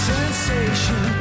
Sensation